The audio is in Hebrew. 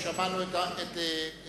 שמענו את הצהרתך.